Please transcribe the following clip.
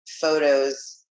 photos